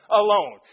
alone